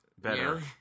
better